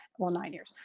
well nine years.